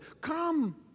Come